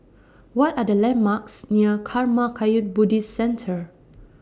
What Are The landmarks near Karma Kagyud Buddhist Centre